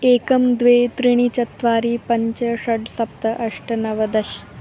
एकं द्वे त्रीणि चत्वारि पञ्च षड् सप्त अष्ट नव दश